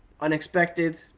unexpected